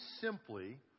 simply